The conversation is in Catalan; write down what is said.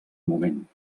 moment